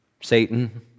Satan